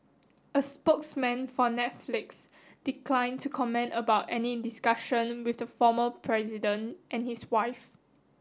a spokesman for Netflix declined to comment about any discussion with the former president and his wife